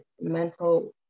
mental